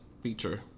feature